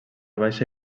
baixa